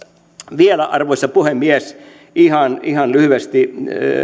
vielä arvoisa puhemies ihan ihan lyhyesti